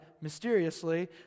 mysteriously